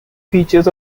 features